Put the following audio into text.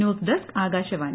news desk Akashvani